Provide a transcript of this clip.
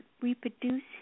reproduce